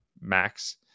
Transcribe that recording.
MAX